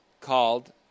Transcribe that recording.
called